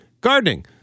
Gardening